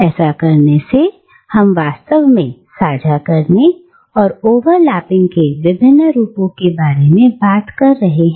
ऐसा करने से हम वास्तव में साझा करने और ओवरलैपिंग के विभिन्न रूपों के बारे में बात कर रहे हैं